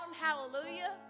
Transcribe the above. hallelujah